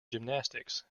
gymnastics